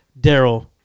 daryl